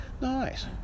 Nice